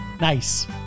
Nice